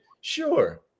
sure